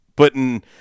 putting